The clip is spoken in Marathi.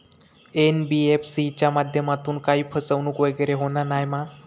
एन.बी.एफ.सी च्या माध्यमातून काही फसवणूक वगैरे होना नाय मा?